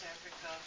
Africa